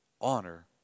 honor